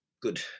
good